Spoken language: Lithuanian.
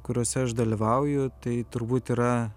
kuriose aš dalyvauju tai turbūt yra